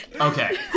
Okay